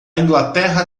inglaterra